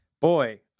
Boy